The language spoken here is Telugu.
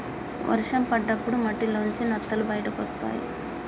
వర్షం పడ్డప్పుడు మట్టిలోంచి నత్తలు బయటకొస్తయ్